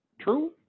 true